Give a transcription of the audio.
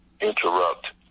interrupt